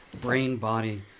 brain-body